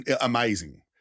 amazing